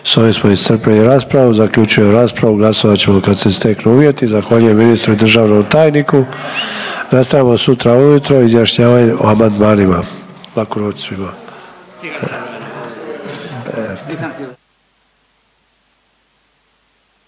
S ovim smo iscrpili raspravu, zaključujem raspravu, glasovat ćemo kad se steknu uvjeti. Zahvaljujem ministru i državnom tajniku. Nastavljamo sutra ujutro izjašnjavanjem o amandmanima. Laku noć svima.